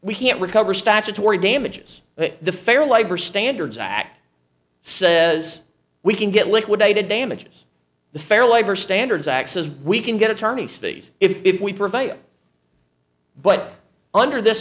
we can't recover statutory damages the fair labor standards act says we can get liquidated damages the fair labor standards act says we can get attorneys fees if we prevail but under this